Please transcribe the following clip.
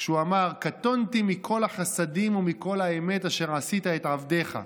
כשהוא אמר: "קטנתי מכל החסדים ומכל האמת אשר עשית את עבדך,